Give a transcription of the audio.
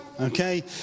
Okay